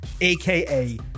aka